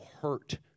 hurt